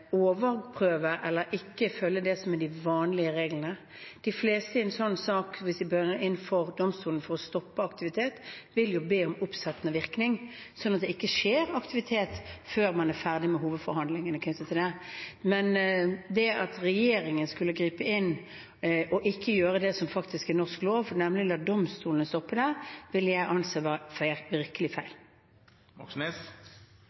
overprøve eller ikke følge det som er de vanlige reglene. De fleste som bringer en slik sak inn for domstolene for å stoppe aktivitet, vil be om oppsettende virkning, slik at det ikke er noen aktivitet før man er ferdig med hovedforhandlingene knyttet til det. Men det at regjeringen skulle gripe inn og ikke gjøre det som faktisk er norsk lov, nemlig la domstolene stoppe det, ville jeg anse